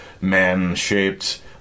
man-shaped